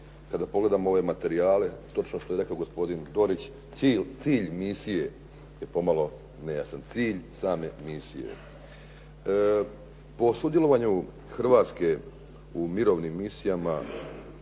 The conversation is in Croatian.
kada pogledamo ove materijale točno što je rekao gospodin Dorić cilj misije je pomalo nejasan, cilj same misije. Po sudjelovanju Hrvatske u mirovnim misijama